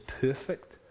perfect